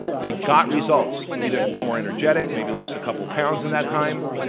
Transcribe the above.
they got results. either feel more energetic, maybe lost a couple pounds in that time.